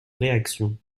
réactions